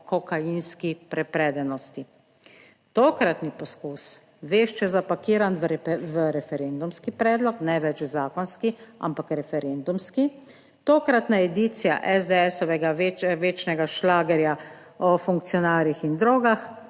gejevsko-kokainski prepredenosti. Tokratni poskus, vešče zapakiran v referendumski predlog, ne več zakonski ampak referendumski, tokratna edicija SDS-ovega večnega šlagerja o funkcionarjih in drogah,